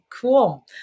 Cool